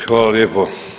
Hvala lijepo.